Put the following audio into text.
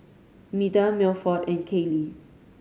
Meda Milford and Kallie